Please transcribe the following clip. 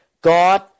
God